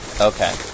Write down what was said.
okay